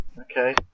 okay